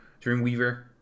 Dreamweaver